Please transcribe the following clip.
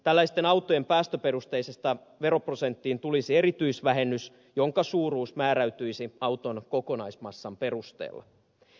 tällaisten autojen päästöperusteiseen veroprosenttiin tulisi erityisvähennys jonka suuruus määräytyisi auton kokonaismassan perusteella